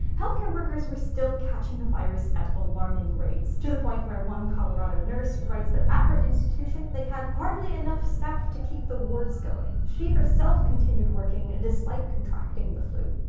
healthcare workers were still catching the virus at alarming rates, to the point where one colorado nurse writes that at her institution they had, hardly enough staff to keep the wards going. she herself continued working despite contracting the flu.